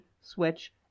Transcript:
Switch